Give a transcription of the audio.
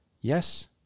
Yes